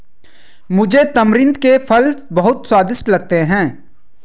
मुझे तमरिंद के फल बहुत स्वादिष्ट लगते हैं